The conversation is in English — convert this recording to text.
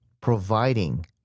providing